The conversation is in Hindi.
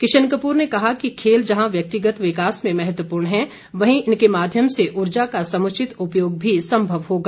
किशन कपूर ने कहा कि खेल जहां व्यक्तिगत विकास में महत्वपूर्ण हैं वहीं इनके माध्यम से ऊर्जा का समुचित उपयोग भी संभव होगा